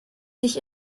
sich